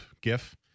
gif